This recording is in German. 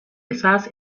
besaß